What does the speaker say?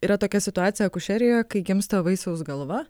yra tokia situacija akušerijoje kai gimsta vaisiaus galva